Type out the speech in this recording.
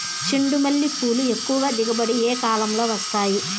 చెండుమల్లి పూలు ఎక్కువగా దిగుబడి ఏ కాలంలో వస్తాయి